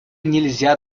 нельзя